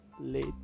Late